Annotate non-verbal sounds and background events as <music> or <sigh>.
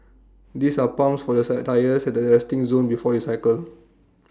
these are pumps for your <unintelligible> tyres at the resting zone before you cycle